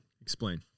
Explain